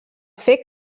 fer